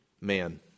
man